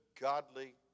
godly